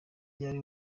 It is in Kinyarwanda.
ryari